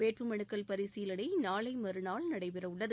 வேட்புமனுக்கள் பரிசீலனை நாளை மறுநாள் நடைபெறவுள்ளது